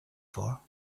for